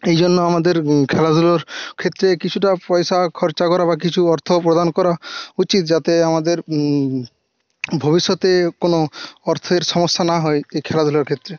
এই জন্য আমাদের খেলাধুলোর ক্ষেত্রে কিছুটা পয়সা খরচা করা বা কিছু অর্থ প্রদান করা উচিত যাতে আমাদের ভবিষ্যতে কোনো অর্থের সমস্যা না হয় এই খেলাধুলার ক্ষেত্রে